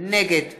נגד